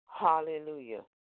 hallelujah